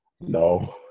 No